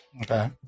Okay